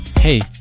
hey